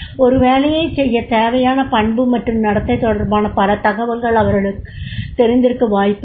ஒரு வேலையைச் செய்யத் தேவையான பண்பு மற்றும் நடத்தை தொடர்பான பல தகவல்கள் அவர்களுக்குத் தெரிந்திருக்க வாய்ப்பில்லை